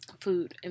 food